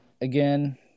again